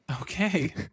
Okay